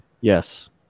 Yes